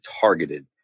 targeted